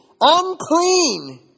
unclean